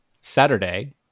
Saturday